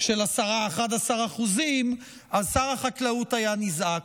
של 10%, 11%, אז שר החקלאות היה נזעק.